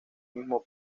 mismo